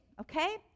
okay